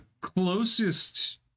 closest